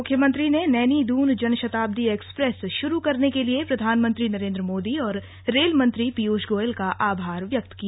मुख्यमंत्री ने नैनी दून जनशताब्दी एक्सप्रेस शुरू करने के लिए प्रधानमंत्री नरेंद्र मोदी और रेल मंत्री पीयूष गोयल का आभार व्यक्त किया